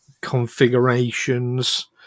configurations